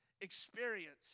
experience